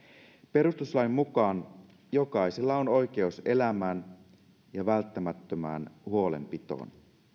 perustuslain mukaan jokaisella on oikeus elämään ja välttämättömään huolenpitoon